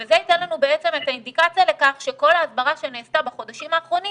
זה ייתן לנו בעצם את האינדיקציה לכך שכל ההסברה שנעשתה בחודשים האחרונים